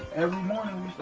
every morning